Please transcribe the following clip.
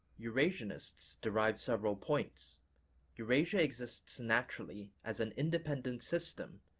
eurasianists derive several points eurasia exists naturally as an independent system,